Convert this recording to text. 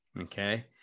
okay